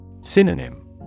Synonym